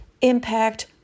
impact